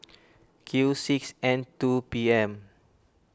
Q six N two P M